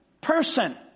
Person